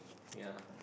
ya